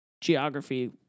geography